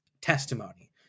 testimony